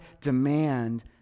demand